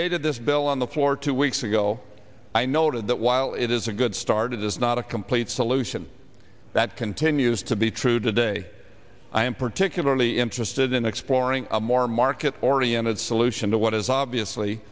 debated this bill on the floor two weeks ago i noted that while it is a good start it is not a complete solution that continues to be true today i am particularly interested in exploring a more market oriented solution to what is obviously